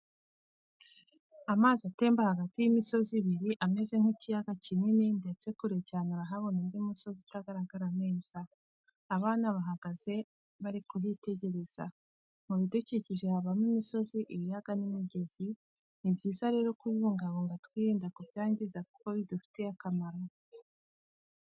Amazi atemba hagati y'imisozi ibiri ameze nk'ikiyaga kinini ndetse kure cyane urahabona undi musozi utagaragara neza, abana bahagaze bari kuhitegereza. Mu bidukikije habamo imisozi ibiyaga n'imigezi, ni byiza rero kubibungabunga twirinda kubyangiza kuko bidufitiye akamaro.